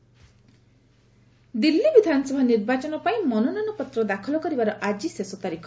Delhi election Delhi ବିଧାନସଭା ନିର୍ବାଚନ ପାଇଁ ମନୋନୟନପତ୍ର ଦାଖଲ କରିବାର ଆଜି ଶେଷ ତାରିଖ